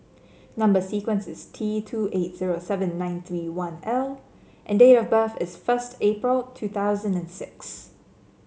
number sequence is T two eight zero seven nine three one L and date of birth is first April two thousand and six